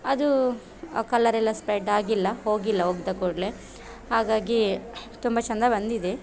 ಅದು ಕಲ್ಲರೆಲ್ಲ ಸ್ಪ್ರೆಡ್ ಆಗಿಲ್ಲ ಹೋಗಿಲ್ಲ ಒಗೆದ ಕೂಡಲೇ ಹಾಗಾಗಿ ತುಂಬ ಚೆಂದ ಬಂದಿದೆ